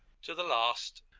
to the last!